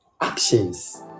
actions